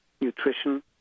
nutrition